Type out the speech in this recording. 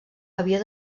havia